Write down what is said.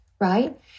right